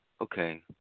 okay